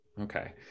Okay